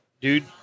dude